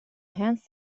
hand